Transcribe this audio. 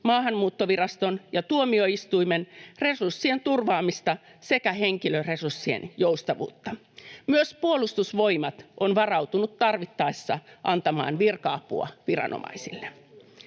Maahanmuuttoviraston ja tuomioistuimen — resurssien turvaamista sekä henkilöresurssien joustavuutta. Myös Puolustusvoimat on varautunut tarvittaessa antamaan virka-apua viranomaisille.